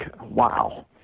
wow